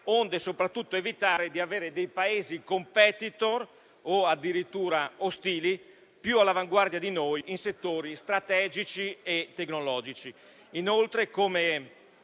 onde soprattutto evitare di avere dei Paesi *competitor* o addirittura ostili, più all'avanguardia di noi in settori strategici e tecnologici. Inoltre, non